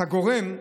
את הגורם,